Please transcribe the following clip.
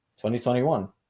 2021